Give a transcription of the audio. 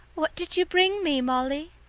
what did you bring me, molly?